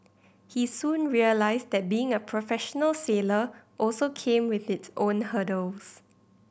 he soon realised that being a professional sailor also came with its own hurdles